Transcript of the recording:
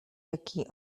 jaki